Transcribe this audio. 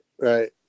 right